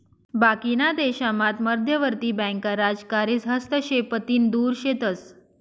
बाकीना देशामात मध्यवर्ती बँका राजकारीस हस्तक्षेपतीन दुर शेतस